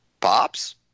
Pops